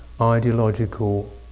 ideological